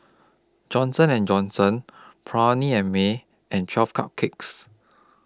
Johnson and Johnson Perllini and Mel and twelve Cupcakes